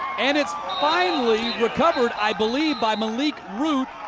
and it's finally recovered, i believe, by malique root.